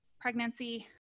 pregnancy